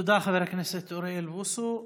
תודה, חבר הכנסת אוריאל בוסו.